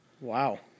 Wow